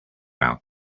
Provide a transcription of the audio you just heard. out